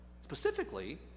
specifically